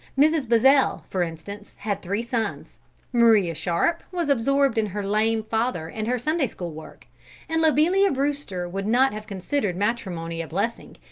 mrs. buzzell, for instance, had three sons maria sharp was absorbed in her lame father and her sunday-school work and lobelia brewster would not have considered matrimony a blessing,